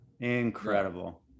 Incredible